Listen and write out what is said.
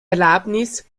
erlaubnis